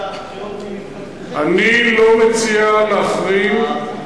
אני לא מציע להחרים.